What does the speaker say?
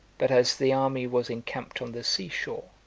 but as the army was encamped on the sea-shore,